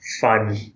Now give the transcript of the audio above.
fun